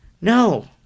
No